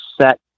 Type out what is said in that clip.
set